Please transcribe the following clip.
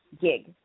gig